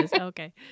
Okay